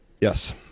Yes